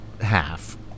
half